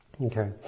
Okay